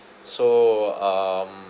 so um